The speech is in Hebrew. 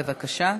בבקשה.